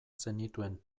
zenituen